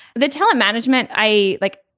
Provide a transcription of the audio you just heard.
the talent management i like.